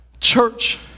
Church